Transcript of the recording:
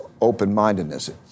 open-mindedness